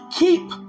Keep